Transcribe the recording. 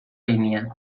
línia